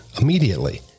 immediately